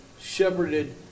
shepherded